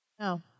No